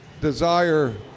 desire